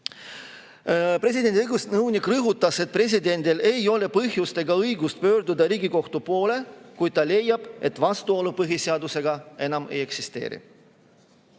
kriitikaga. Samas ta rõhutas, et presidendil ei ole põhjust ega õigust pöörduda Riigikohtu poole, kui ta leiab, et vastuolu põhiseadusega enam ei eksisteeri.